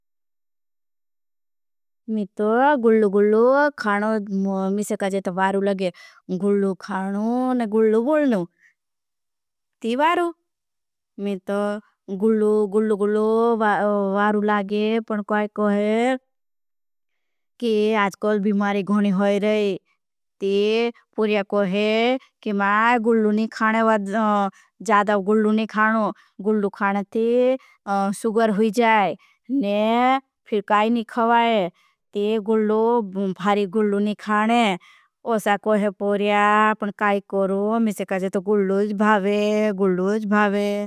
मैं तो गुल्लू गुल्लू खानो मिसे काजे तो वारू लगे गुल्लू खानो ना गुल्लू। बोलनो ती वारू मैं तो गुल्लू गुल्लू वारू लगे। पन कोई कोहे कि आज कोल बिमारी गोनी होई रहे ती पुर्या कोहे। कि मैं गुल्लू नी खाने वाद जादा गुल्लू नी खानो गुल्लू खाने ती सुगर। हुई जाए ने फिर काई नी खवाए ती गुल्लू भारी गुल्लू नी खाने उसा। कोहे पुर्या पन काई कोरू मिसे काजे तो गुल्लू जी भावे गुल्लू जी भावे।